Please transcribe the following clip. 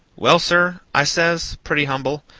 well, sir, i says, pretty humble,